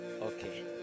Okay